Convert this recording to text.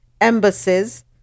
Embassies